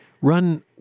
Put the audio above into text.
Run